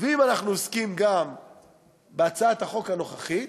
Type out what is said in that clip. ואם אנחנו עוסקים גם בהצעת החוק הנוכחית,